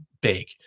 big